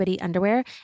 Underwear